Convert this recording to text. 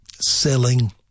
selling